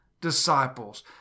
disciples